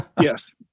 Yes